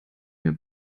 mir